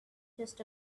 just